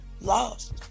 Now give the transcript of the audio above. lost